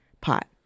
pot